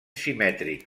simètric